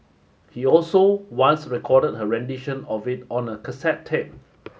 he also once recorded her rendition of it on a cassette tape